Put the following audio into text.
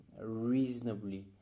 reasonably